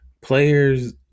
Players